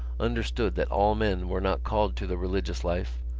understood that all men were not called to the religious life,